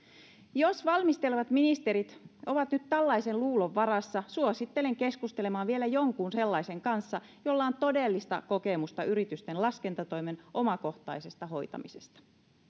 jos valmistelevat ministerit ovat nyt tällaisen luulon varassa suosittelen keskustelemaan vielä jonkun sellaisen kanssa jolla on todellista kokemusta yritysten laskentatoimen omakohtaisesta hoitamisesta